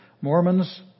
Mormons